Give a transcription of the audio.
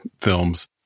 films